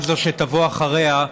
גם זו שתבוא אחריה,